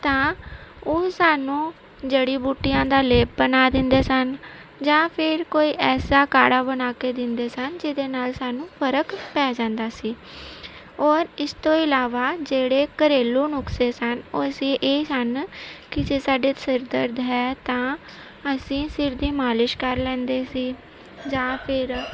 ਤਾਂ ਉਹ ਸਾਨੂੰ ਜੜ੍ਹੀ ਬੂਟੀਆਂ ਦਾ ਲੇਪ ਬਣਾ ਦਿੰਦੇ ਸਨ ਜਾਂ ਫਿਰ ਕੋਈ ਐਸਾ ਕਾੜਾ ਬਣਾ ਕੇ ਦਿੰਦੇ ਸਨ ਜਿਹਦੇ ਨਾਲ ਸਾਨੂੰ ਫਰਕ ਪੈ ਜਾਂਦਾ ਸੀ ਔਰ ਇਸ ਤੋਂ ਇਲਾਵਾ ਜਿਹੜੇ ਘਰੇਲੂ ਨੁਸਖੇ ਸਨ ਉਹ ਸੀ ਇਹ ਸਨ ਕਿ ਜੇ ਸਾਡੇ ਸਿਰ ਦਰਦ ਹੈ ਤਾਂ ਅਸੀਂ ਸਿਰ ਦੀ ਮਾਲਿਸ਼ ਕਰ ਲੈਂਦੇ ਸੀ ਜਾਂ ਫਿਰ